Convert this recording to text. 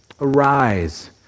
Arise